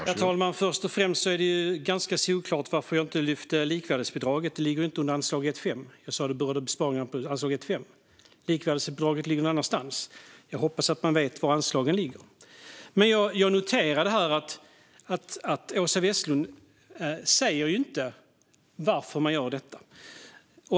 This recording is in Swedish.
Herr talman! Först och främst är det ganska solklart varför jag inte nämnde likvärdighetsbidraget. Det ligger ju inte under anslag 1:5. Jag berörde besparingar på anslag 1:5. Likvärdighetsbidraget ligger någon annanstans. Jag hoppas att man vet var anslagen ligger. Jag noterade här att Åsa Westlund inte säger varför man gör detta.